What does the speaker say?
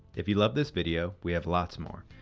if you love this video we have lots more.